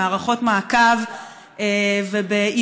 במערכות מעקב ובאימונים,